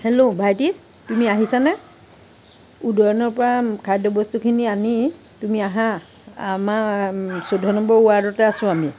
hello ভাইটি তুমি আহিছানে উদয়নৰ পৰা খাদ্য বস্তুখিনি আনি তুমি আহা আমাৰ চৈধ্য নম্বৰ ৱাৰ্ডতে আছো আমি